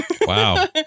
Wow